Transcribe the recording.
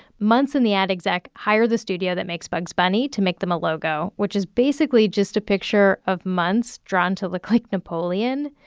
muntz and the ad exec hire the studio that makes bugs bunny to make them a logo, which is basically just a picture of muntz drawn to look like napoleon,